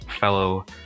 fellow